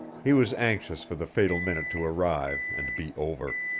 he was anxious for the fatal minute to arrive, and be over.